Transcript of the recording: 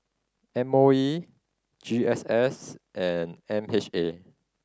M O E G S S and M H A